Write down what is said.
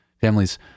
Families